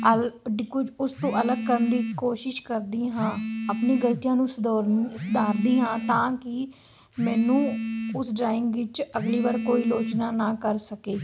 ਆਲ ਉਡ ਕੁਝ ਉਸ ਤੋਂ ਅਲੱਗ ਕਰਨ ਦੀ ਕੋਸ਼ਿਸ਼ ਕਰਦੀ ਹਾਂ ਆਪਣੀ ਗਲਤੀਆਂ ਨੂੰ ਸੁਦੌਰਨ ਸੁਧਾਰਦੀ ਹਾਂ ਤਾਂ ਕਿ ਮੈਨੂੰ ਉਸ ਡਰਾਇੰਗ ਵਿੱਚ ਅਗਲੀ ਵਾਰ ਕੋਈ ਆਲੋਚਨਾ ਨਾ ਕਰ ਸਕੇ